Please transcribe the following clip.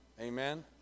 Amen